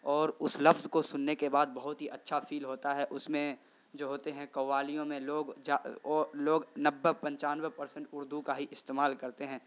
اور اس لفظ کو سننے کے بعد بہت ہی اچھا فیل ہوتا ہے اس میں جو ہوتے ہیں قوالیوں میں لوگ لوگ نوے پچانوے پرسنٹ اردو کا ہی استعمال کرتے ہیں